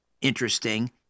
interesting